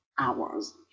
hours